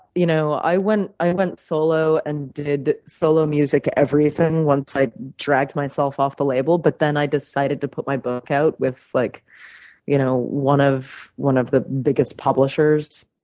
you know, i went i went solo and did solo music everything once i dragged myself off the label. but then i decided to put my book out with like you know one of one of the biggest publishers.